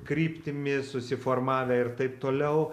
kryptimi susiformavę ir taip toliau